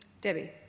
Debbie